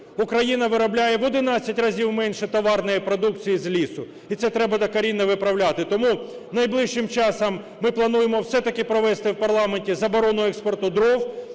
Україна виробляє в 11 разів менше товарної продукції з лісу. І це треба докорінно виправляти. Тому найближчим часом ми плануємо все-таки провести в парламенті заборону експорту дров